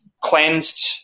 Cleansed